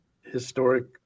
historic